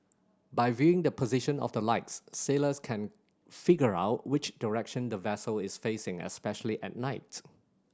by viewing the position of the lights sailors can figure out which direction the vessel is facing especially at night